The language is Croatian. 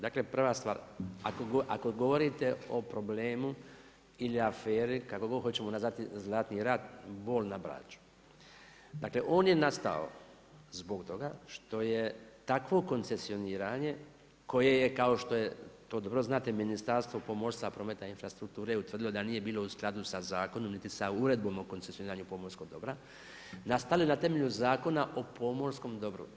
Dakle prva stvar, ako govorite o problemu ili aferi, kako god hoćemo nazvati Zlatni rat Bol na Braču, dakle on je nastao zbog toga što je takvo koncesioniranje koje je kao što to dobro znate Ministarstvo pomorstva, prometa i infrastrukture utvrdilo da nije bilo u skladu sa zakonom niti sa uredbom o koncesioniranju pomorskog dobra, nastali na temelju Zakona o pomorskom dobru.